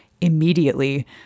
immediately